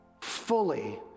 fully